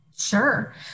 Sure